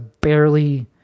barely